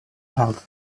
health